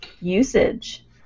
usage